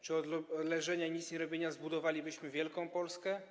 Czy od leżenia i nicnierobienia zbudowalibyśmy wielką Polskę?